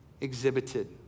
exhibited